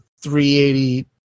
380